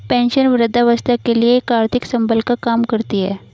pension वृद्धावस्था के लिए एक आर्थिक संबल का काम करती है